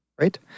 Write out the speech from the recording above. right